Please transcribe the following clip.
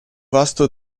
vasto